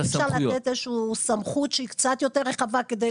אי אפשר לתת איזושהי סמכות שהיא קצת יותר רחבה?